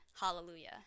Hallelujah